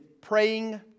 praying